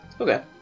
Okay